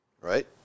right